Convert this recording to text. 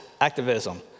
activism